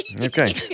Okay